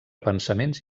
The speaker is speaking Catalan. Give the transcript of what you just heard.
pensaments